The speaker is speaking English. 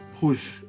push